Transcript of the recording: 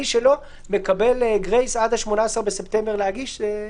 מי שלא, מקבל גרייס עד ה-18 בספטמבר להגיש.